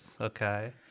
Okay